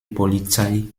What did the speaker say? polizei